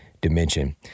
dimension